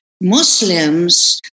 Muslims